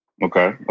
Okay